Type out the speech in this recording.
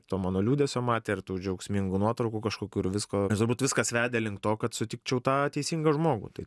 to mano liūdesio matė ir tų džiaugsmingų nuotraukų kažkokių ir visko turbūt viskas vedė link to kad sutikčiau tą teisingą žmogų tai